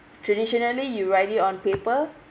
traditionally you write it on paper